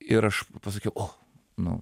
ir aš pasakiau o nu